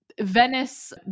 Venice